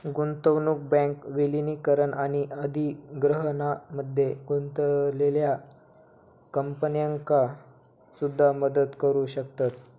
गुंतवणूक बँक विलीनीकरण आणि अधिग्रहणामध्ये गुंतलेल्या कंपन्यांका सुद्धा मदत करू शकतत